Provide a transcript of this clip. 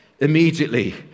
Immediately